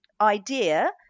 idea